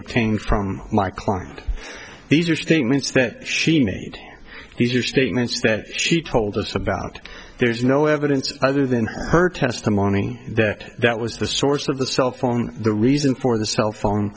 obtained from my client these are statements that she made these are statements that she told us about there's no evidence other than her testimony that that was the source of the cell phone the reason for the cell phone